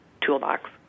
toolbox